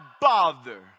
bother